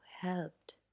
helped